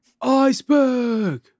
Iceberg